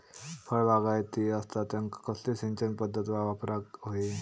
फळबागायती असता त्यांका कसली सिंचन पदधत वापराक होई?